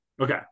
Okay